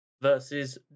versus